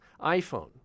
iPhone